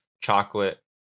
chocolate